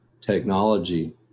technology